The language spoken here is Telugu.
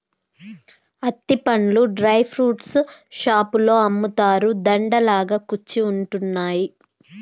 అత్తి పండ్లు డ్రై ఫ్రూట్స్ షాపులో అమ్ముతారు, దండ లాగా కుచ్చి ఉంటున్నాయి